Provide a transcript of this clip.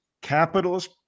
capitalist